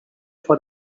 for